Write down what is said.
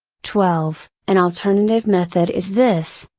twelve an alternative method is this.